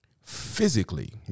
physically